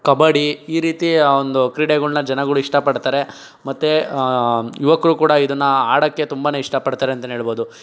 ಕಬಡ್ಡಿ ಈ ರೀತಿಯ ಒಂದು ಕ್ರೀಡೆಗಳನ್ನ ಜನಗಳು ಇಷ್ಟಪಡ್ತಾರೆ ಮತ್ತೆ ಯುವಕರು ಕೂಡ ಇದನ್ನು ಆಡೋಕ್ಕೆ ತುಂಬನೇ ಇಷ್ಟಪಡ್ತಾರೆ ಅಂತಲೇ ಹೇಳ್ಬೋದು